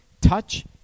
touch